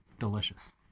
delicious